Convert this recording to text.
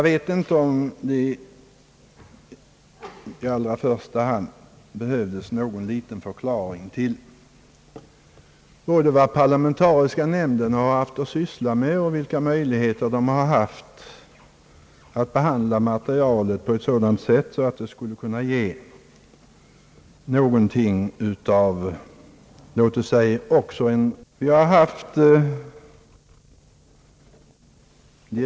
Det behövs kanske i allra första hand en liten förklaring av både vad parlamentariska nämnden haft att syssla med och vilka möjligheter den haft att behandla materialet så att det kunde ge låt oss säga någonting av rent politisk färg.